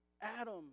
Adam